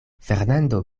fernando